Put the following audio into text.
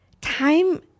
time